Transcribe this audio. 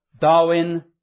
Darwin